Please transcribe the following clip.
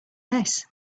this